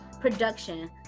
production